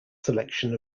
selection